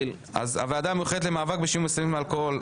הוועדה המיוחדת למאבק בשימוש בסמים ובאלכוהול,